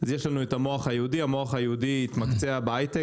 יש לנו את המוח היהודי והמוח היהודי התמקצע בהיי-טק